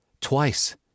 twice